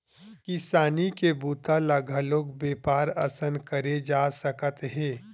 किसानी के बूता ल घलोक बेपार असन करे जा सकत हे